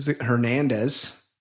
Hernandez